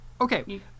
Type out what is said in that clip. Okay